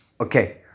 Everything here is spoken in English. Okay